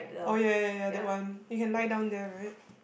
oh ya ya ya that one you can lie down there right